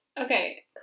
okay